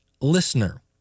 LISTENER